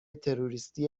تروریستی